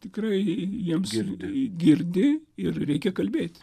tikrai jiems girdi ir reikia kalbėti